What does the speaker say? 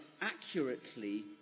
accurately